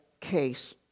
case